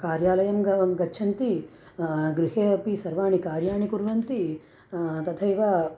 कार्यालयं गवं गच्छन्ति गृहे अपि सर्वाणि कार्याणि कुर्वन्ति तथैव